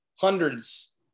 hundreds